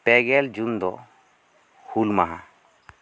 ᱯᱮ ᱜᱮᱞ ᱡᱩᱱ ᱫᱚ ᱦᱩᱞ ᱢᱟᱦᱟ